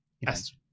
Yes